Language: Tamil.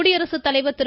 குடியரசுத்தலைவர் திரு